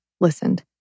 listened